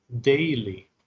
daily